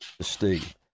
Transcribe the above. Steve